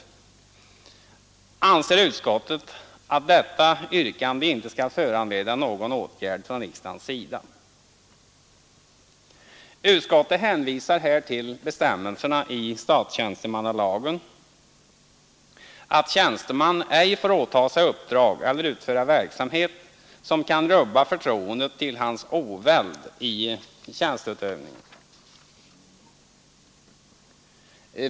Utskottet hemställer att detta yrkande inte skall föranleda någon åtgärd från riksdagens sida. Utskottet hänvisar här till bestämmelserna i statstjänstemannalagen, där det heter att tjänsteman ej åtaga sig uppdrag eller utföra verksamhet som kan rubba förtroendet till hans oväld i tjänsteutövningen.